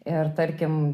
ir tarkim